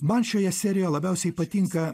man šioje serijo labiausiai patinka